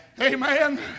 Amen